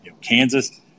Kansas